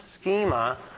schema